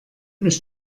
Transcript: mich